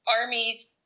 armies